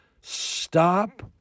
Stop